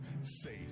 safe